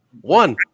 one